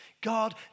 God